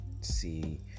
see